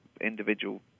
individual